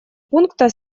пункта